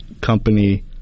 company